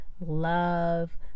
Love